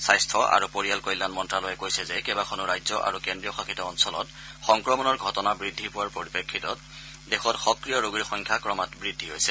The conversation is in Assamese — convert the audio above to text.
স্বাস্থ্য আৰু পৰিয়াল কল্যাণ মন্ত্ৰালয়ে কৈছে যে কেইবাখনো ৰাজ্য আৰু কেদ্ৰীয় শাসিত অঞ্চলত সংক্ৰমণৰ ঘটনা বৃদ্ধি পোৱাৰ পৰিপ্ৰেক্ষিতত দেশত সক্ৰিয় ৰোগীৰ সংখ্যা ক্ৰমাৎ বৃদ্ধি পাইছে